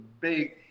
big